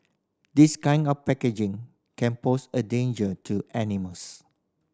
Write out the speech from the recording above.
this kind of packaging can pose a danger to animals